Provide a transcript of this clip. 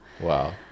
Wow